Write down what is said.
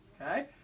Okay